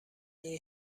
این